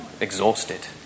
exhausted